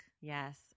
Yes